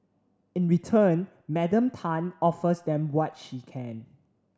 in return Madam Tan offers them what she can